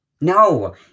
No